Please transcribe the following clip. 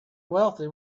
wealthy